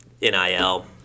NIL